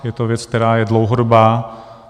Je to věc, která je dlouhodobá.